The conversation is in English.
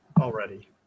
already